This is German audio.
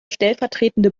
stellvertretende